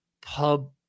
pub